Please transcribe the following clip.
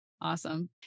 Awesome